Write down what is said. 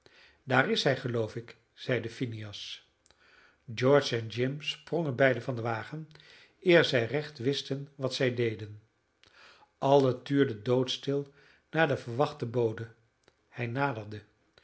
daar is hij geloof ik zeide phineas george en jim sprongen beiden van den wagen eer zij recht wisten wat zij deden allen tuurden doodstil naar den verwachten bode hij naderde